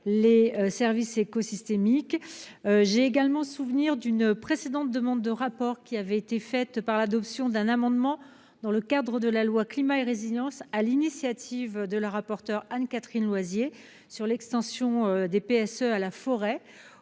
des services écosystémiques. J'ai également le souvenir qu'une précédente demande de rapport avait été faite un amendement adopté dans le cadre de la loi Climat et résilience, sur l'initiative de la rapporteure Anne-Catherine Loisier, et relatif à l'extension des PSE à la forêt.